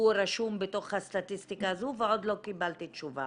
רשום בתוך הסטטיסטיקה הזו ועוד לא קיבלתי תשובה.